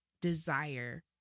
desire